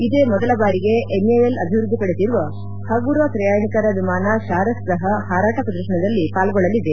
ಇದೇ ಮೊದಲ ಬಾರಿಗೆ ಎನ್ಎಎಲ್ ಅಭಿವೃದ್ಧಿಪಡಿಸಿರುವ ಹಗುರ ಪ್ರಯಾಣಿಕರ ವಿಮಾನ ಸಾರಸ್ ಸಹ ಹಾರಾಟ ಪ್ರದರ್ಶನದಲ್ಲಿ ಪಾಲ್ಗೊಳ್ಳಲಿದೆ